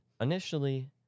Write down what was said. initially